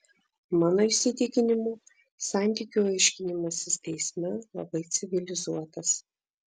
mano įsitikinimu santykių aiškinimasis teisme labai civilizuotas